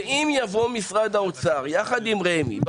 ואם יבוא משרד האוצר יחד עם רמ"י,